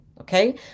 okay